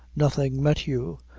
nothing met you,